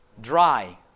dry